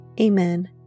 Amen